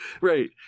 Right